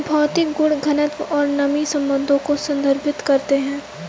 भौतिक गुण घनत्व और नमी संबंधों को संदर्भित करते हैं